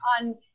on